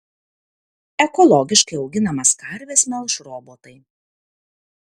ekologiškai auginamas karves melš robotai